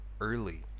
early